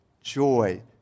joy